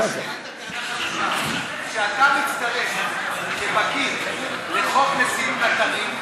כשאתה מצטרף כבגיר לחוק לסינון אתרים,